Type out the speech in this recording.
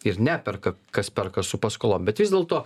ir neperka kas perka su paskolom bet vis dėlto